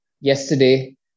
yesterday